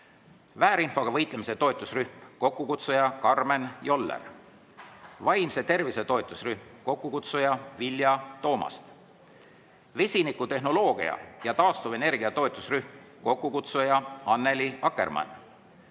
väärinfoga võitlemise toetusrühm, kokkukutsuja Karmen Joller; vaimse tervise toetusrühm, kokkukutsuja Vilja Toomast; vesinikutehnoloogia ja taastuvenergia toetusrühm, kokkukutsuja Annely Akkermann;